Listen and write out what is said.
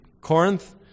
Corinth